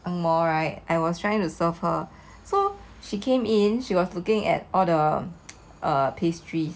ang mo right I was trying to serve her so she came in she was looking at all the pastry